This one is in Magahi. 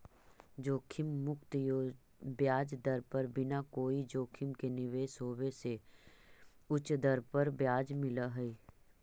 जोखिम मुक्त ब्याज दर पर बिना कोई जोखिम के निवेश होवे से उच्च दर पर ब्याज मिलऽ हई